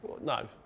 no